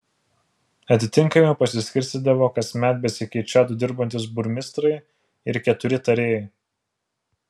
atitinkamai pasiskirstydavo kasmet besikeičią du dirbantys burmistrai ir keturi tarėjai